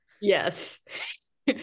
Yes